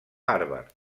harvard